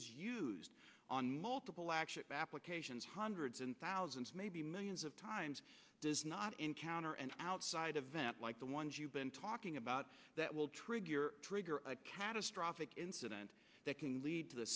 is used on multiple actual applications hundreds and thousands maybe millions of times does not encounter an outside events like the ones you've been talking about that will trigger trigger a catastrophic incident that can lead to the